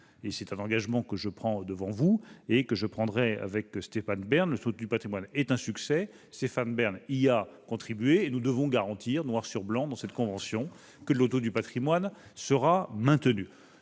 C'est un engagement que je prends devant vous et que je prendrai envers Stéphane Bern. Le loto du patrimoine est un succès auquel Stéphane Bern a contribué. Nous devons garantir noir sur blanc dans cette convention le maintien du loto du patrimoine.